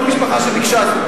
כל משפחה שביקשה זאת.